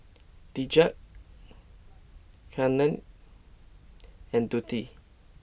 Deja Kandy and Deante